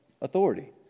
authority